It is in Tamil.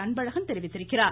அன்பழகன் தெரிவித்துள்ளார்